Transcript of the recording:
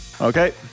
Okay